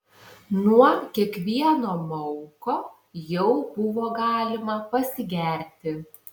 nuo kiekvieno mauko jau buvo galima pasigerti